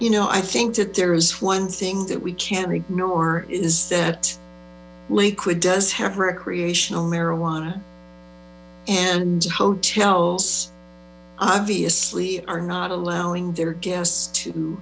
you know i think that there is one thing that we can't ignore is that lakewood does have recreational marijuana and hotel bills obiously are not allowing their g